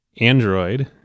Android